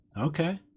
Okay